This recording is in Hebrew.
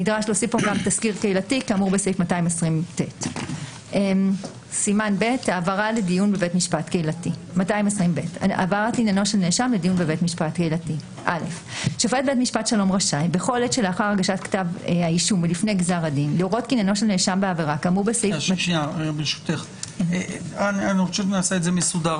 נדרש להוסיף פה גם "תסקיר קהילתי" כאמור בסעיף 220ט. נעשה מסודר.